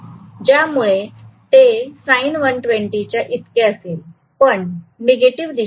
ज्यामुळे ते sin120 च्या इतके असेल पण निगेटिव्ह दिशेने